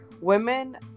Women